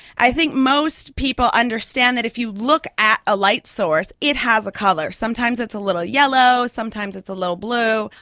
i think most people understand that if you look at a light source it has a colour. sometimes it's a little yellow, sometimes it's a little blue,